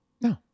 No